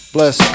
Bless